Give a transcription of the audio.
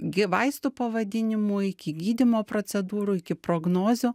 gi vaistų pavadinimų iki gydymo procedūrų iki prognozių